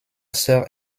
sœur